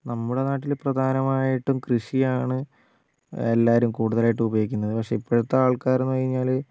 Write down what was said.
നമ്മുടെ നാട്ടിൽ പ്രധാനമായിട്ടും കൃഷിയാണ് എല്ലാവരും കൂടുതലായിട്ട് ഉപയോഗിക്കുന്നത് പക്ഷേ ഇപ്പോഴത്തെ ആൾക്കാരെന്നു കഴിഞ്ഞാൽ